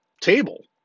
table